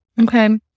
Okay